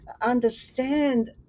understand